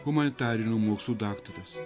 humanitarinių mokslų daktaras